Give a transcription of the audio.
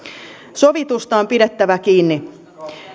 sovitusta on pidettävä kiinni